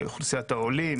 אוכלוסיית העולים.